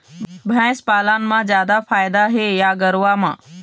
भैंस पालन म जादा फायदा हे या गरवा म?